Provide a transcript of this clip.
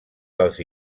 dels